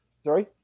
Sorry